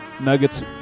Nuggets